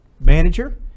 manager